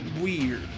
weird